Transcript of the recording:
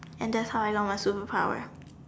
and that's why I want a superpower